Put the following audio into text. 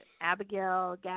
Abigail